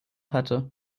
hatte